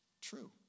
true